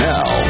Now